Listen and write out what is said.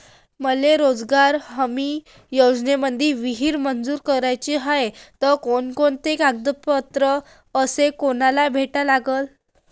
मले रोजगार हमी योजनेमंदी विहीर मंजूर कराची हाये त कोनकोनते कागदपत्र अस कोनाले भेटा लागन?